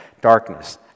darkness